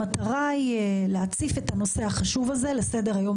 המטרה היא להציף את הנושא החשוב הזה לסדר-היום